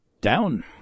Down